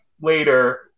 later